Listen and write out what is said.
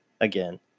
again